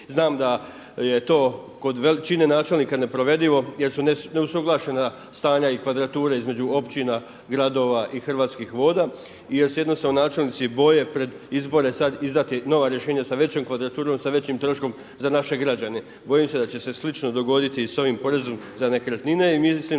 Znam da je to kod većine načelnika neprovedivo jer su neusuglašena stanja i kvadrature između općina, gradova i Hrvatskih voda jer se jednostavno načelnici boje pred izbore sada izdati nova rješenja sa većom kvadraturom, sa većim troškom za naše građane. Bojim se da će se slično dogoditi sa ovim porezom za nekretnine i mislim da bolje